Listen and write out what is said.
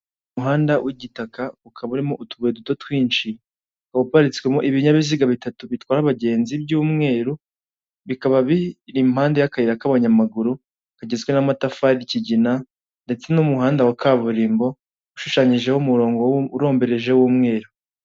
Umuhanda w'igitaka ukaba urimo utuba duto twinshi, Uparitswemo ibinyabiziga bitatu bitwara abagenzi by'umweru, bikaba biri impande y'akayira k'abanyamaguru kagizwe n'amatafari yikigina ndetse n'umuhanda wa kaburimbo ushushanyijeho umurongo urombereje w'umweru.